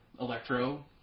Electro